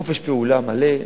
חופש פעולה מלא.